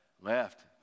Left